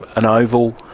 an oval.